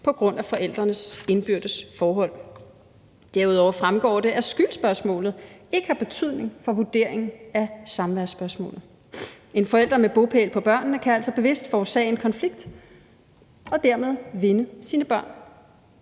på grund af forældrenes indbyrdes forhold. Derudover fremgår det, at skyldsspørgsmålet ikke har betydning for vurderingen af samværsspørgsmålet. En forælder med bopæl med børnene kan altså bevidst forårsage en konflikt og dermed vinde sine børn.